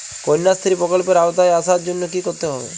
কন্যাশ্রী প্রকল্পের আওতায় আসার জন্য কী করতে হবে?